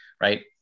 Right